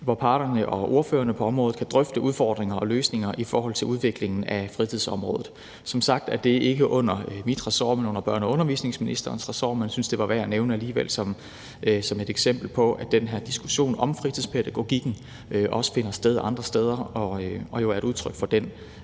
hvor parterne og ordførerne på området kan drøfte udfordringer og løsninger i forhold til udviklingen af fritidsområdet. Som sagt er det ikke under mit ressort, men under børne- og undervisningsministerens ressort, men jeg synes, det var værd at nævne alligevel som et eksempel på, at den her diskussion om fritidspædagogikken også finder sted andre steder og jo er et udtryk for den